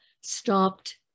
stopped